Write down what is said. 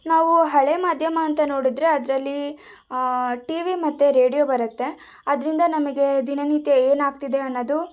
ನಾವು ಹಳೇ ಮಾಧ್ಯಮ ಅಂತ ನೋಡಿದರೆ ಅದರಲ್ಲಿ ಟಿ ವಿ ಮತ್ತು ರೇಡಿಯೋ ಬರತ್ತೆ ಅದರಿಂದ ನಮಗೆ ದಿನನಿತ್ಯ ಏನಾಗ್ತಿದೆ ಅನ್ನೋದು